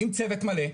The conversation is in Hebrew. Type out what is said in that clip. עם צוות מלא,